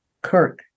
Kirk